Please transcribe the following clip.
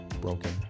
broken